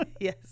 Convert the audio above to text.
Yes